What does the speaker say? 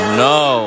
no